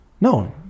no